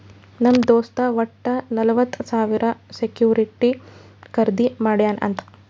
ನಮ್ ದೋಸ್ತ್ ವಟ್ಟ ನಲ್ವತ್ ಸಾವಿರ ಸೆಕ್ಯೂರಿಟಿ ಖರ್ದಿ ಮಾಡ್ಯಾನ್ ಅಂತ್